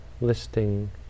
listing